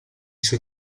suoi